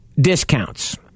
discounts